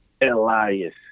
Elias